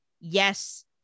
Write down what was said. Yes